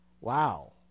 Wow